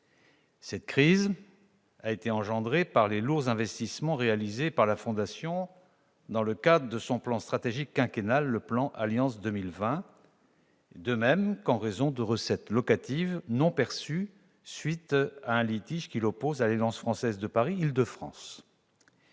Cette crise a été engendrée par les lourds investissements réalisés par la fondation dans le cadre de son plan stratégique quinquennal, le plan Alliance 2020, ainsi que par la non-perception de recettes locatives du fait du litige l'opposant à l'Alliance française Paris Île-de-France.